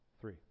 three